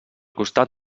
costat